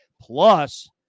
Plus